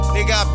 Nigga